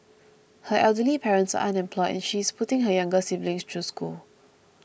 her elderly parents are unemployed and she is putting her younger siblings through school